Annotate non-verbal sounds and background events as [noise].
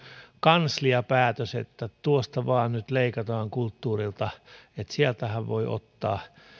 kansliapäätös että tuosta vain nyt leikataan kulttuurilta [unintelligible] [unintelligible] [unintelligible] [unintelligible] [unintelligible] [unintelligible] [unintelligible] että sieltähän voi ottaa [unintelligible] [unintelligible] [unintelligible]